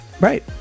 Right